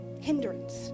hindrance